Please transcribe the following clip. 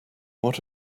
what